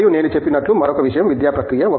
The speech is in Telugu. మరియు నేను చెప్పినట్లు మరొక విషయం విద్యా ప్రక్రియ